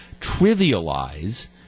trivialize